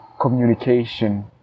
communication